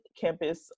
campus